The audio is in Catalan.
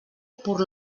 pur